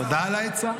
תודה על העצה.